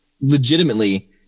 Legitimately